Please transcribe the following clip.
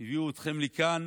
הביאו אתכם לכאן